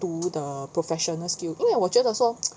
读 the professional skills 因为我觉得说